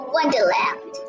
Wonderland